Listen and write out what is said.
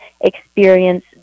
experience